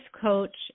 coach